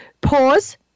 pause